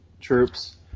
troops